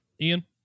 Ian